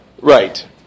Right